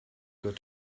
got